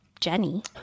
Jenny